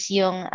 yung